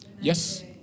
Yes